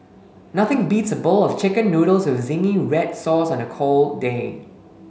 nothing beats a bowl of chicken noodles with zingy red sauce on a cold day